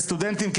כסטודנטים,